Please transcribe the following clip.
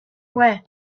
way